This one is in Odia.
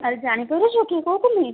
ଆରେ ଜାଣିପାରୁଛୁ କିଏ କହୁଥିଲି